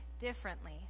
differently